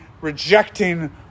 rejecting